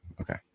okay